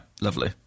Lovely